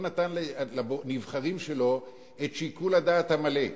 לא נתן לנבחרים שלו את שיקול הדעת המלא.